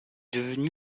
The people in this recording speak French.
devenu